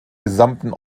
gesamten